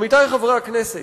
עמיתי חברי הכנסת,